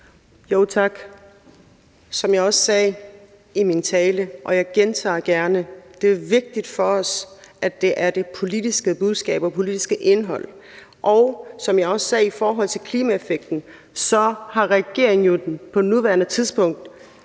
Tak. Som jeg også sagde i min tale, og jeg gentager det gerne, er det vigtige for os det politiske budskab og det politiske indhold. Og som jeg også sagde i forhold til klimaeffekten, så har regeringen jo på nuværende tidspunkt